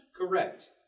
correct